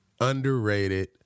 underrated